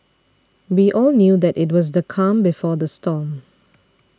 we all knew that it was the calm before the storm